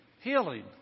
healing